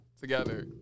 together